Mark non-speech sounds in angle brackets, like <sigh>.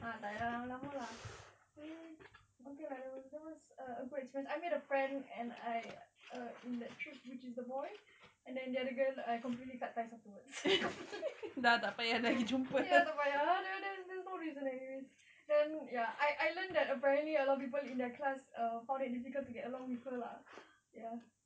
ah tak payah lama-lama lah okay lah that was that was a good experience I made a friend and I in the trip which is the boy and then the other girl I completely cut ties afterwards <laughs> ya tak payah there's no reason anyway then ya I I learnt that apparently a lot of people in that class find it difficult to get along with her lah ya